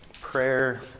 prayer